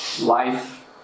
life